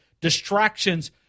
distractions